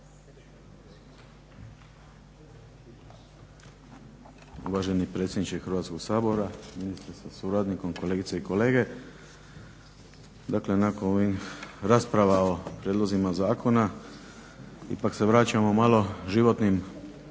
Uvaženi predsjedniče Hrvatskog sabora, ministre sa suradnikom, kolegice i kolege. Dakle nakon ovih rasprava o prijedlozima zakona ipak se vraćamo malo životnim